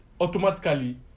automatically